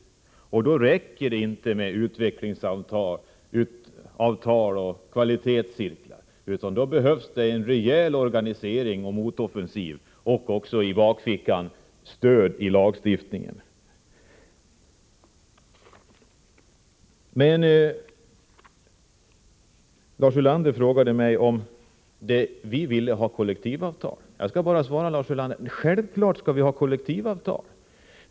I det läget räcker det inte med utvecklingsavtal och kvalitetscirklar, utan då behövs det en rejäl organisering och motoffensiv och i bakfickan även stöd i lagstiftningen. Lars Ulander frågade mig om vi vill ha kollektivavtal. Självklart skall vi ha kollektivavtal.